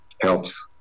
helps